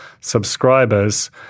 subscribers